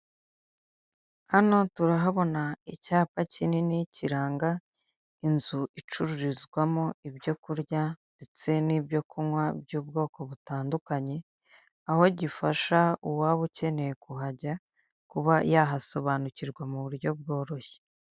Hano turahabona icyapa kinini kiranga inzu icururizwamo ibyo kurya ndetse n'ibyo kunywa by'ubwoko butandukanye, aho gifasha uwaba ukeneye kuhajya kuba yahasobanukirwa mu buryo bworoshye.